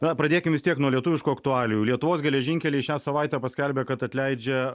na pradėkim vis tiek nuo lietuviškų aktualijų lietuvos geležinkeliai šią savaitę paskelbė kad atleidžia